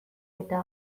eta